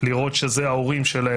לראות שאלה ההורים שלהם,